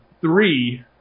three